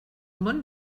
món